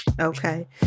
Okay